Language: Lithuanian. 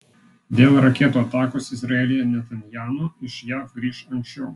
dėl raketų atakos izraelyje netanyahu iš jav grįš anksčiau